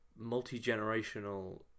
multi-generational